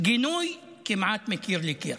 גינוי כמעט מקיר לקיר,